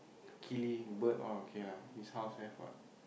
kili bird all okay lah his house have what